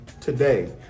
today